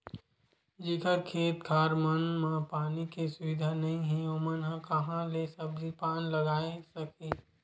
जेखर खेत खार मन म पानी के सुबिधा नइ हे ओमन ह काँहा ले सब्जी पान लगाए सकही